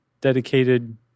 dedicated